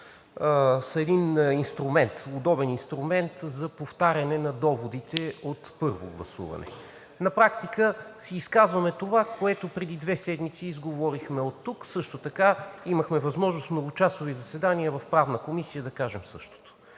– удобен инструмент, за повтаряне на доводите от първо гласуване. На практика си изказваме това, което преди две седмици изговорихме оттук. Също така имахме възможност в многочасови заседания в Правната комисия да кажем същото.